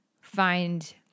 find